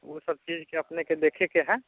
ओ सबचीजके अपनेके देखैके हइ